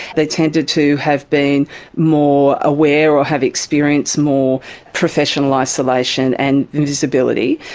they tended to have been more aware or have experienced more professional isolation and invisibility,